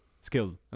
skill